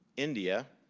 india,